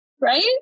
right